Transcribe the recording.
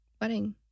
wedding